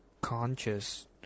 conscious